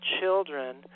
children